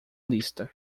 lista